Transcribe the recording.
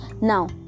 Now